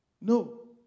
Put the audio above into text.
No